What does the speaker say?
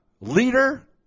leader